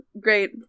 Great